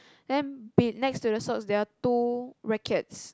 then be~ next to the stall there are two rackets